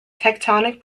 tectonic